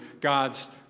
God's